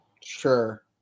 Sure